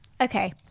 Okay